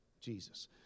Jesus